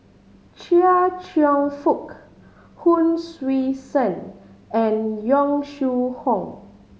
Chia Cheong Fook Hon Sui Sen and Yong Shu Hoong